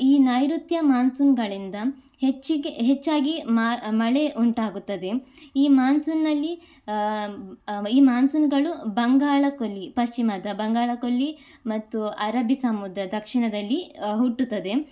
ಈ ನೈರುತ್ಯ ಮಾನ್ಸೂನ್ಗಳಿಂದ ಹೆಚ್ಚಿಗೆ ಹೆಚ್ಚಾಗಿ ಮಳೆ ಉಂಟಾಗುತ್ತದೆ ಈ ಮಾನ್ಸೂನಲ್ಲಿ ಈ ಮಾನ್ಸೂನ್ಗಳು ಬಂಗಾಳಕೊಲ್ಲಿ ಪಶ್ಚಿಮದ ಬಂಗಾಳಕೊಲ್ಲಿ ಮತ್ತು ಅರಬ್ಬೀ ಸಮುದ್ರ ದಕ್ಷಿಣದಲ್ಲಿ ಹುಟ್ಟುತ್ತದೆ